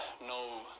no